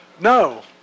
No